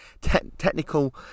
technical